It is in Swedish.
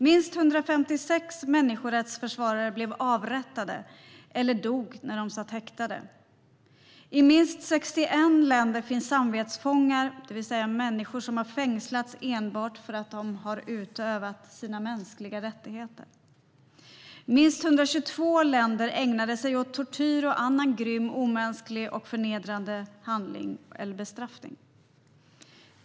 I minst 61 länder finns samvetsfångar - det vill säga människor som fängslats enbart för att de utövat sina mänskliga rättigheter. *Minst 122 länder ägnade sig åt tortyr och annan grym, omänsklig och förnedrande behandling eller bestraffning.